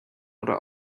oder